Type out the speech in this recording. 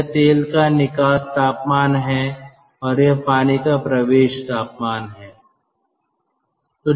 यह तेल का निकास तापमान है और यह पानी का प्रवेश तापमान है